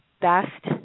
best